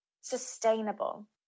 Sustainable